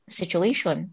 situation